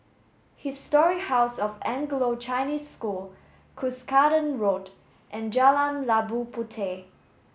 Historic House of Anglo Chinese School Cuscaden Road and Jalan Labu Puteh